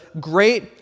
great